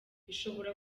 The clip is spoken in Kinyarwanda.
ishobora